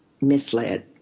misled